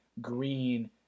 green